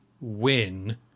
win